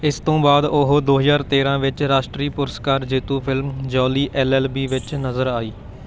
ਇਸ ਤੋਂ ਬਾਅਦ ਉਹ ਦੋ ਹਜ਼ਾਰ ਤੇਰ੍ਹਾਂ ਵਿੱਚ ਰਾਸ਼ਟਰੀ ਪੁਰਸਕਾਰ ਜੇਤੂ film Jolly L L B ਵਿੱਚ ਨਜ਼ਰ ਆਈ